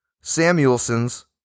Samuelsons